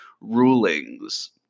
rulings